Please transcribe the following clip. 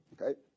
Okay